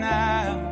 now